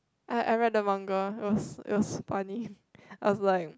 I I read the manga it was it was funny I was like